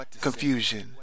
Confusion